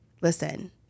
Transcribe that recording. listen